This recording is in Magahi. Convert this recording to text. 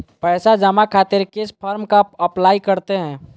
पैसा जमा खातिर किस फॉर्म का अप्लाई करते हैं?